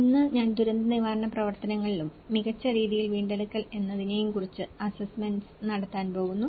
ഇന്ന് ഞാൻ ദുരന്ത നിവാരണ പ്രവർത്തനങ്ങളിലും മികച്ച രീതിയിൽ വീണ്ടെടുക്കൽ എന്നതിനെയും കുറിച്ച അസ്സെസ്സ്മെന്റ്സ് നടത്താൻ പോകുന്നു